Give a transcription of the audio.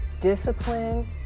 discipline